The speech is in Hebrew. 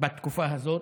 בתקופה הזאת,